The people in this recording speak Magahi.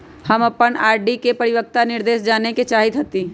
हम अपन आर.डी के परिपक्वता निर्देश जाने के चाहईत हती